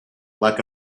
like